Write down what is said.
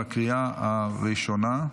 בקריאה הראשונה,